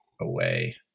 away